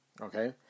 Okay